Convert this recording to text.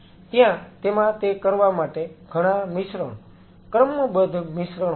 ત્યાં તેમાં તે કરવા માટે ઘણા મિશ્રણ ક્રમબદ્ધ મિશ્રણ હોય છે